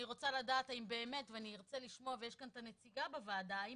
אני רוצה לדעת ואני ארצה לשמוע ויש כאן נציגה בוועדה האם